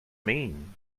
mean